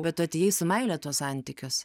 bet tu atėjai su meile į tuos santykius